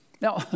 Now